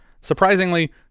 Surprisingly